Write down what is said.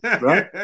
Right